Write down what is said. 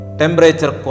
temperature